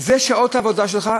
אלה שעות העבודה שלך,